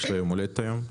יש לה יום הולדת היום.